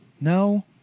No